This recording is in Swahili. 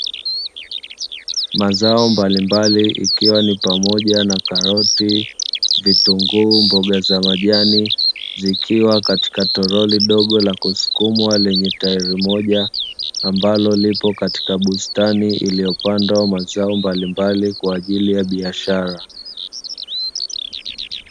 Mazao mbalimbali ikiwa ni pamoja na karoti, vitunguu, mboga za majani, zikiwa katika tolori dogo la kusukumwa lenye tairi moja ambalo lipo katika bustani iliyopandwa mazao mbalimbali kwa ajili ya biashara.